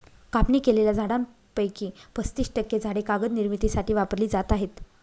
कापणी केलेल्या झाडांपैकी पस्तीस टक्के झाडे कागद निर्मितीसाठी वापरली जात आहेत